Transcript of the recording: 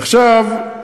עכשיו,